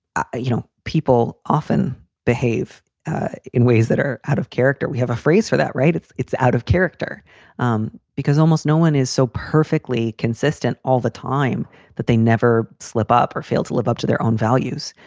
ah you know, people often behave in ways that are out of character. we have a phrase for that, right? it's it's out of character um because almost no one is so perfectly consistent all the time that they never slip up or fail to live up to their own values.